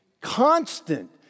constant